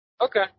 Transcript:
okay